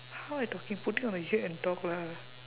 how I talking put it on the head and talk lah